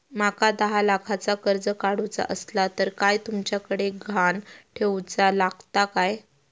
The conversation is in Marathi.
माका दहा लाखाचा कर्ज काढूचा असला तर काय तुमच्याकडे ग्हाण ठेवूचा लागात काय?